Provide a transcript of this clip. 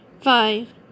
five